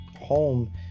home